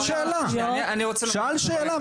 הוא שאל שאלה.